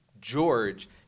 George